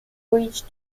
bridge